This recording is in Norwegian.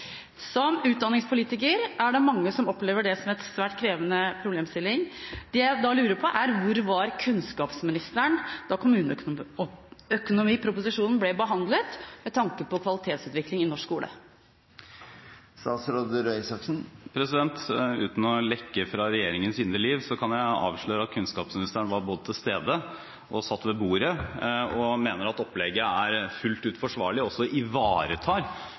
Som utdanningspolitiker er det mange som opplever dette som en svært krevende problemstilling. Det jeg lurer på, er hvor kunnskapsministeren var da kommuneproposisjonen ble behandlet – med tanke på kvalitetsutvikling i norsk skole. Uten å lekke fra regjeringens indre liv kan jeg avsløre at kunnskapsministeren både var til stede og satt ved bordet, og mener at opplegget er fullt ut forsvarlig og ivaretar